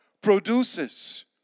produces